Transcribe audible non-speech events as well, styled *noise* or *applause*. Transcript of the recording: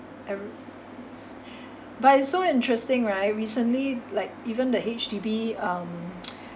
every but it's so interesting right recently like even the H_D_B um *noise*